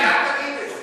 אל תגיד את זה.